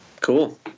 Cool